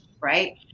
right